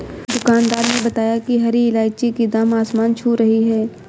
दुकानदार ने बताया कि हरी इलायची की दाम आसमान छू रही है